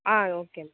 ஆ okay